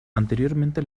anteriormente